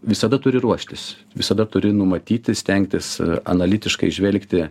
visada turi ruoštis visada turi numatyti stengtis analitiškai žvelgti